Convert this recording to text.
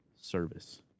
service